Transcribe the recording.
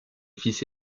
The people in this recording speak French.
fils